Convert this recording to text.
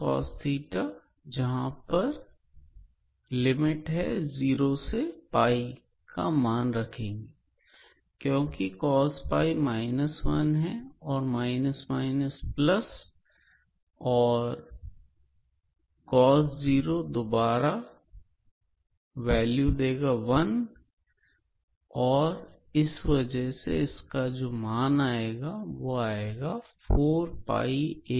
क्योंकि और minus minus plus तथा माइनस माइनस प्लस cos0 दोबारा प्लस 2 होते हैं